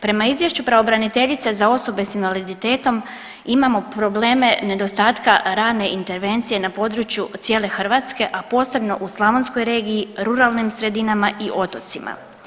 Prema izvješću pravobraniteljice za osobe s invaliditetom imamo probleme nedostatka rane intervencije na području cijele Hrvatske, a posebno u Slavonskoj regiji, ruralnim sredinama i otocima.